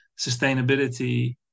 sustainability